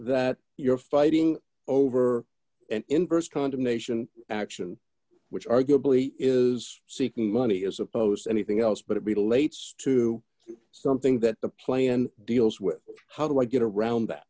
that you're fighting over an inverse condemnation action which arguably is seeking money as opposed to anything else but it relates to something that the play and deals with how do i get around